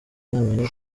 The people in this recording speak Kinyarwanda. ntamenya